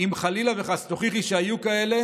אם חלילה וחס תוכיחו שהיו כאלה,